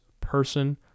person